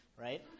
right